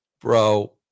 Bro